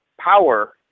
power